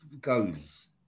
goes